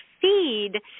feed